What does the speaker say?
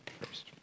first